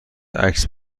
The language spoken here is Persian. عکس